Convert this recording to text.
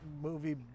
movie